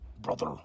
brother